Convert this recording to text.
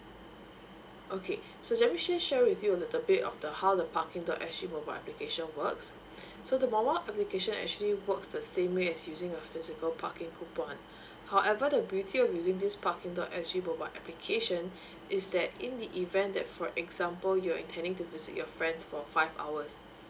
okay so let me just share with you a bit of the how the parking dot S G mobile application works so the mobile application actually works the same way as using a physical parking coupon however the beauty of using this parking dot S G mobile application is that in the event that for example you're intending to visit your friends for five hours